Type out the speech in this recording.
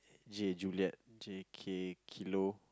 J juliet J K kilo